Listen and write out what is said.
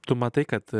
tu matai kad